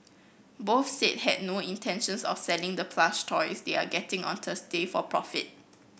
both said had no intentions of selling the plush toys they are getting on Thursday for profit